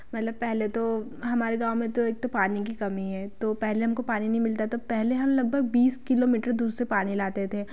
मतलब पहले तो हमारे गाँव में तो एक तो पानी की कमी है तो पहले हमको पानी नहीं मिलता तो पहले हम लगभग बीस किलोमीटर दूर से पानी लाते थे